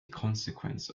consequence